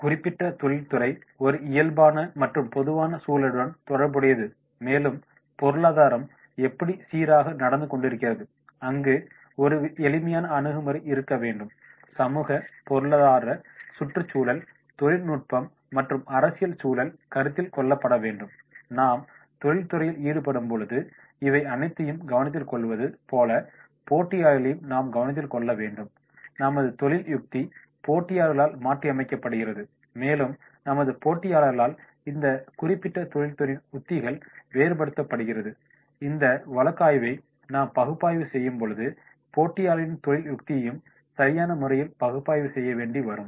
குறிப்பிட்ட தொழில்துறை ஒரு இயல்பான மற்றும் பொதுவான சூழலுடன் தொடர்புடையது மேலும் பொருளாதாரம் எப்படி சீராக நடந்து கொண்டிருக்கிறது அங்கு ஒரு எளிமையான அணுகுமுறை இருக்க வேண்டும் சமூக பொருளாதார சுற்றுச்சூழல் தொழில்நுட்ப மற்றும் அரசியல் சூழல் கருத்தில் கொள்ளப்பட வேண்டும் நாம் தொழில்துறையில் ஈடுபடும்போது இவை அனைத்தையும் கவனத்தில் கொள்வது போல போட்டியாளர்களையும் நாம் கவனத்தில் கொள்ள வேண்டும் நமது தொழில் யுக்தி போட்டியாளர்களால் மாற்றியமைக்கப்படுகிறது மேலும் நமது போட்டியாளரால் இந்த குறிப்பிட்ட தொழிற்துறையின் உத்திகள் வேறுபடுத்தப்படுகிறது இந்த வழக்காய்வை நாம் பகுப்பாய்வு செய்யும்பொழுது போட்டியாளர்களின் தொழில் யுக்தியையும் சரியான முறையில் பகுப்பாய்வு செய்ய வேண்டி வரும்